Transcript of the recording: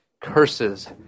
curses